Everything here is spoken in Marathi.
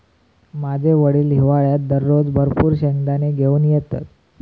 माझे वडील हिवाळ्यात दररोज भरपूर शेंगदाने घेऊन येतत